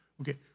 okay